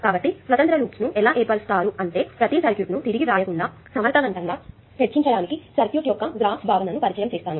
కాబట్టి స్వతంత్ర లూప్స్ ను ఎలా ఏర్పరుస్తారు అంటే ప్రతిసారీ సర్క్యూట్ ను తిరిగి వ్రాయకుండా సమర్థవంతంగా చర్చించడానికి సర్క్యూట్ యొక్క గ్రాఫ్ భావనను పరిచయం చేస్తాను